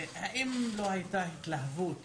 האם לא הייתה התלהבות